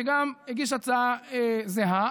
שגם הגיש הצעה זהה.